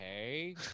okay